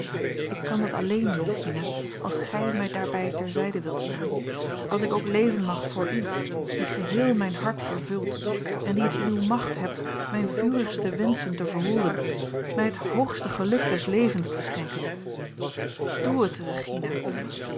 ik kan dat alleen regina als gij mij daarbij ter zijde wilt staan als ik ook leven mag voor u die geheel mijn hart vervult en die het in uwe macht hebt mijne vurigste wenschen te verhooren mij het a l g bosboom-toussaint langs een omweg hoogste geluk des levens te schenken doe het regina